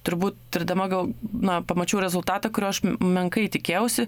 turbūt tirdama gal na pamačiau rezultatą kurio aš menkai tikėjausi